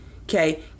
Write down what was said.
Okay